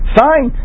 fine